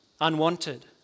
Unwanted